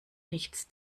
nichts